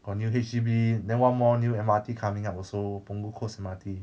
got new H_D_B then one more new M_R_T coming up also punggol coast M_R_T